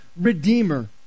Redeemer